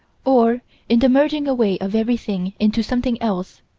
or in the merging away of everything into something else,